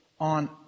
on